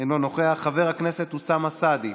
אינו נוכח, חבר הכנסת אוסאמה סעדי,